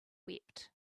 wept